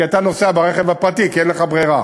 כי אתה נוסע ברכב פרטי כי אין לך ברירה.